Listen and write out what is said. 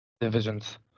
divisions